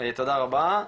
ותודה רבה,